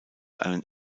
einen